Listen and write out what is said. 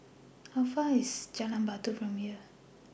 How Far away IS Jalan Batu from here